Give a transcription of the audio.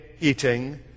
eating